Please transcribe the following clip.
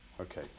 Okay